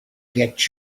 get